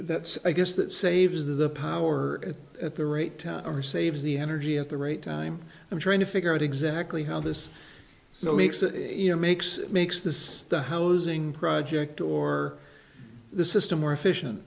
that's i guess that saves the power and at the rate or saves the energy at the right time i'm trying to figure out exactly how this makes it you know makes it makes this the housing project or the system more efficient